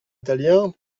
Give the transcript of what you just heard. italien